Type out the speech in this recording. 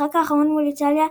במשחק האחרון מול איטליה,